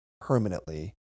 permanently